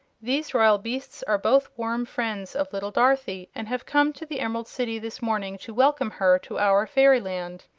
these royal beasts are both warm friends of little dorothy and have come to the emerald city this morning to welcome her to our fairyland.